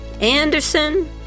Anderson